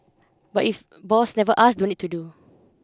but if boss never asks don't need to do